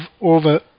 over